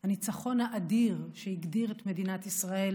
הניצחון האדיר שהגדיר את מדינת ישראל